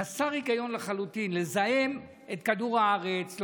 חסר היגיון לחלוטין לזהם את כדור הארץ,